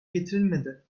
getirilmedi